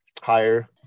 higher